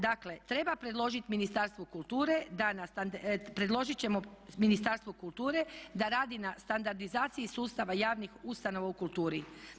Dakle, treba predložiti Ministarstvu kulture, predložiti ćemo Ministarstvu kulture da radi na standardizaciji sustava javnih ustanova u kulturi.